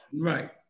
Right